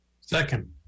Second